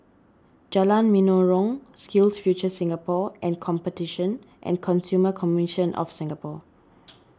Jalan Menarong SkillsFuture Singapore and Competition and Consumer Commission of Singapore